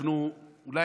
אולי,